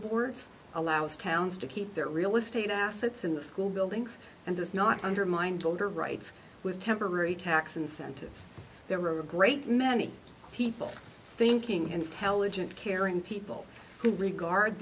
boards allows towns to keep their real estate assets in the school buildings and does not undermine donor rights with temporary tax incentives there are a great many people thinking and intelligent caring people who regard